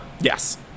yes